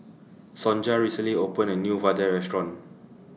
Sonja recently opened A New Vadai Restaurant